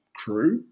crew